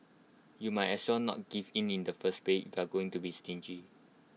you might as well not give in in the first place if you're going to be stingy